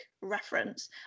reference